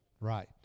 right